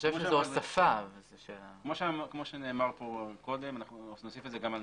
שנאמר כאן קודם,